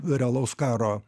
realaus karo